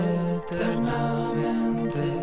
eternamente